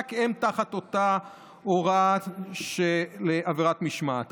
רק הם תחת אותה הוראה של עבירת משמעת.